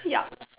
yup